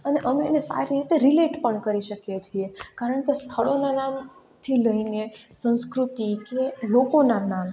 અને અમે એને સારી રીતે રિલેટ પણ કરી શકીએ છીએ કારણ કે સ્થળોના નામથી લઈને સંસ્કૃતિ કે લોકોના નામ